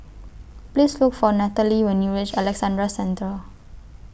Please Look For Nathaly when YOU REACH Alexandra Central